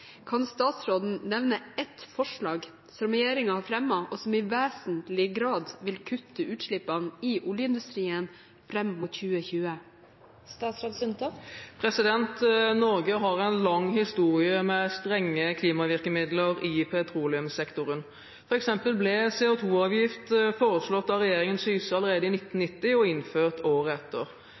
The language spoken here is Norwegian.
Kan statsråden nevne ett forslag som regjeringen har fremmet som i vesentlig grad kutter utslippene i oljeindustrien fram mot 2020?» Norge har en lang historie med strenge klimavirkemidler i petroleumssektoren. For eksempel ble CO2-avgift foreslått av regjeringen Syse allerede i 1990 og innført året etter.